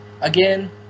Again